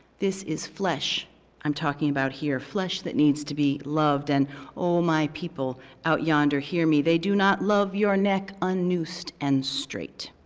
this is flesh i'm talking about here, flesh that needs to be loved and oh my people out yonder, hear me, they do not love your neck un-noosed and straight.